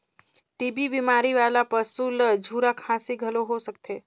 TB बेमारी वाला पसू ल झूरा खांसी घलो हो सकथे